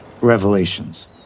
Revelations